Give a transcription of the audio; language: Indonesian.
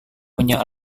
punya